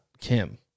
Kim